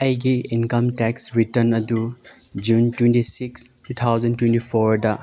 ꯑꯩꯒꯤ income tax return ꯑꯗꯨ June twenty six two thousand twenty ꯐꯣꯔꯗ